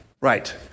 Right